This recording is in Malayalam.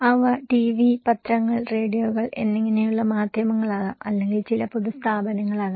അവ ടിവി പത്രങ്ങൾ റേഡിയോകൾ എന്നിങ്ങനെയുള്ള മാധ്യമങ്ങൾ ആകാം അല്ലെങ്കിൽ ചില പൊതുസ്ഥാപനങ്ങൾ ആകാം